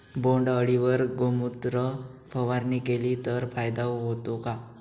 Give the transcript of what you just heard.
बोंडअळीवर गोमूत्र फवारणी केली तर फायदा होतो का?